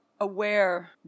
aware